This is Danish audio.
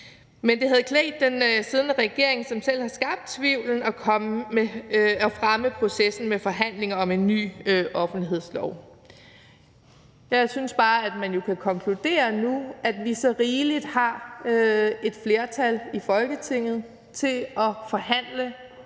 Men det havde klædt den siddende regering, som selv har skabt tvivlen, at fremme processen med forhandling om en ny offentlighedslov. Jeg synes bare, at man jo kan konkludere nu, at vi så rigeligt har et flertal i Folketinget til at forhandle